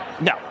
No